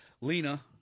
Lena